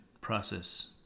process